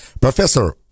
Professor